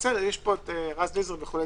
יש פה רז נזרי שיתייחסו.